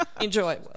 Enjoy